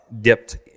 dipped